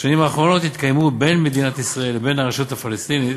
בשנים האחרונות התקיימו בין מדינת ישראל לבין הרשות הפלסטינית